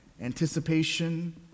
anticipation